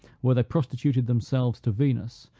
where they prostituted themselves to venus,